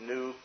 New